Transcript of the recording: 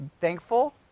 thankful